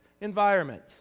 environment